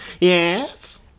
yes